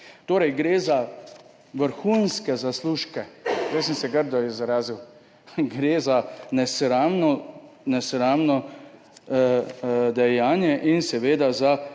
Torej gre za vrhunske zaslužke. Prej sem se grdo izrazil, gre za nesramno nesramno dejanje in seveda za